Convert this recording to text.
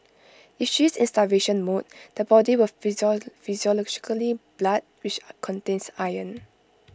if she is in starvation mode the body will physiologically blood which contains iron